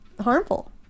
harmful